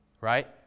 Right